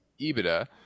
EBITDA